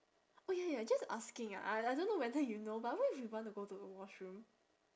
oh ya ya ya just asking ah I I dunno whether you know but what if you want to go to the washroom